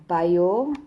biology